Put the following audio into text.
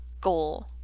goal